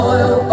Oil